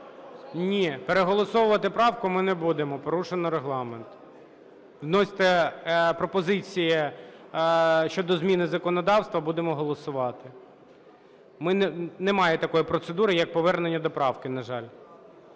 Ні, переголосовувати правку ми не будемо, порушимо Регламент. Вносьте пропозиції щодо зміни в законодавство, будемо голосувати. Немає такої процедури, як повернення до правки, на жаль.